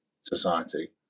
society